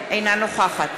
אינה נוכחת